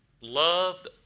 love